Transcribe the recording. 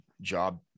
job